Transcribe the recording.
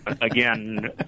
Again